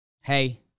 Hey